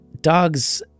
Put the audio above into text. Dogs